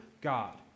God